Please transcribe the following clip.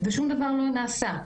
ושום דבר לא נעשה.